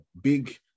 big